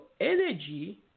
energy